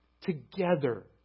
Together